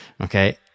Okay